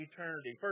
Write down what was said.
Eternity